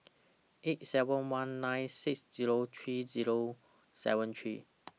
eight seven one nine six Zero three Zero seven three